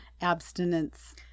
abstinence